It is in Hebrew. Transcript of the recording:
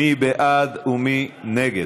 מי בעד ומי נגד?